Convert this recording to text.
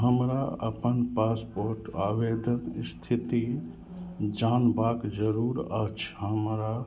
हमरा अपन पासपोर्ट आवेदनक स्थिति जानबाक जरूर अछि हमरा